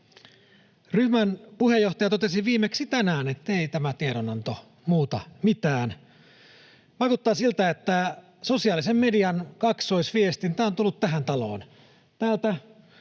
Ryhmän puheenjohtaja totesi viimeksi tänään, että ei tämä tiedonanto muuta mitään. Vaikuttaa siltä, että sosiaalisen median kaksoisviestintä on tullut tähän taloon: